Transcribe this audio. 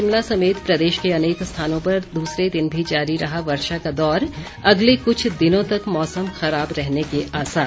शिमला समेत प्रदेश के अनेक स्थानों पर दूसरे दिन भी जारी रहा वर्षा का दौर अगले क्छ दिनों तक मौसम खराब रहने के आसार